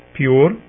pure